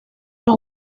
los